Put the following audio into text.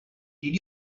did